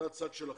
זה הצד שלכם.